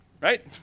Right